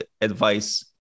advice